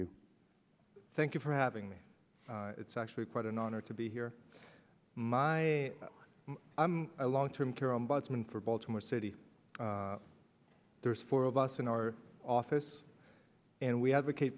you thank you for having me it's actually quite an honor to be here my i'm a long term care on boston for baltimore city there's four of us in our office and we advocate